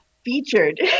featured